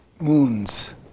moons